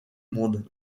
monde